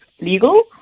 legal